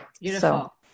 Beautiful